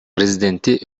президенти